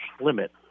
limit